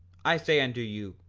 i say unto you,